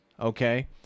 Okay